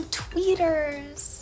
tweeters